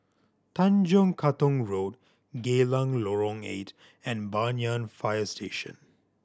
Tanjong Katong Road Geylang Lorong Eight and Banyan Fire Station